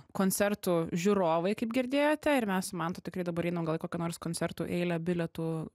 koncertų žiūrovai kaip girdėjote ir mes su mantu tikrai dabar einam gal į kokią nors koncertų eilę bilietų